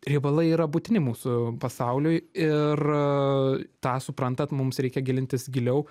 riebalai yra būtini mūsų pasauliui ir tą suprantant mums reikia gilintis giliau